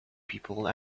people